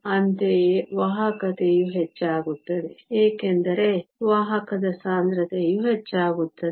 ಅಂತೆಯೇ ವಾಹಕತೆಯು ಹೆಚ್ಚಾಗುತ್ತದೆ ಏಕೆಂದರೆ ವಾಹಕದ ಸಾಂದ್ರತೆಯು ಹೆಚ್ಚಾಗುತ್ತದೆ